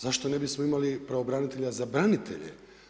Zašto ne bismo imali pravobranitelja za branitelje?